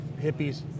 hippies